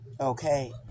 Okay